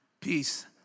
peace